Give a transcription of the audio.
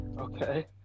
Okay